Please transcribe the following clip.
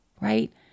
right